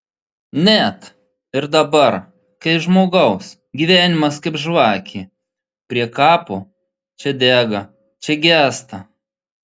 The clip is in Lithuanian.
net ir dabar kai žmogaus gyvenimas kaip žvakė prie kapo čia dega čia gęsta